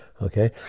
okay